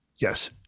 Yes